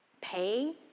pay